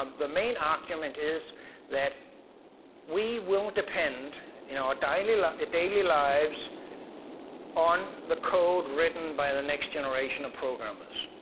um the main argument is that we will depend in our daily like daily lives on the code written by the next generation of programmers.